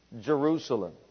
Jerusalem